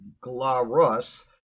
Glarus